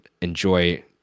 enjoy